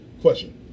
Question